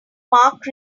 mark